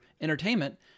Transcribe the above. entertainment